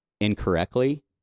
incorrectly